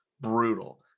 brutal